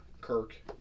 Kirk